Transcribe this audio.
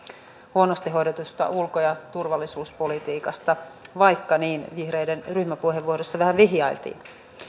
huonosti hoidetusta ulko ja turvallisuuspolitiikasta vaikka niin vihreiden ryhmäpuheenvuorossa vähän vihjailtiin